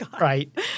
Right